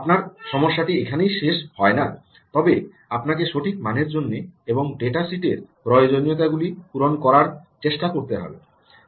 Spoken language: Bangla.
আপনার সমস্যাটি এখানেই শেষ হয় না তবে আপনাকে সঠিক মানের জন্য এবং ডেটাসিটের প্রয়োজনীয়তাগুলি পূরণ করার চেষ্টা করতে হবে